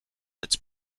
its